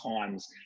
times